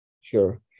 Sure